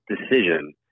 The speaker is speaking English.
decision